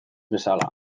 bezala